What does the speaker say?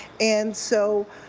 and so